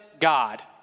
God